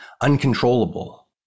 uncontrollable